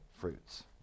fruits